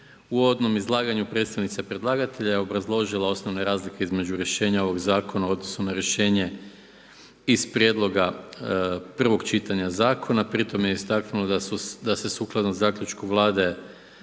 U uvodnom izlaganju predstavnica predlagatelja obrazložila je osnovne razlike između rješenja ovoga Zakona u odnosu na rješenje iz prijedloga prvog čitanja zakona. Pritom je istaknula da se sukladno zaključku Vlade